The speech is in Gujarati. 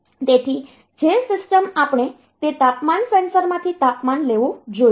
તેથી જે સિસ્ટમ આપણે તે તાપમાન સેન્સરમાંથી તાપમાન લેવું જોઈએ